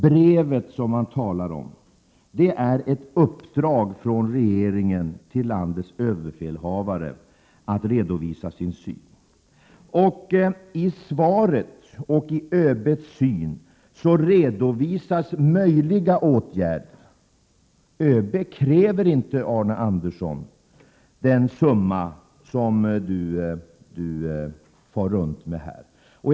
”Brevet” som han talar om är ett uppdrag från regeringen till landets överbefälhavare att redovisa sin syn. I svaret redovisas ÖB:s syn på möjliga åtgärder. ÖB kräver inte den summa som Arne Andersson far runt med här.